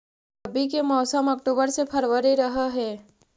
रब्बी के मौसम अक्टूबर से फ़रवरी रह हे